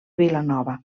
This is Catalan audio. vilanova